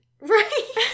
Right